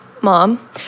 Mom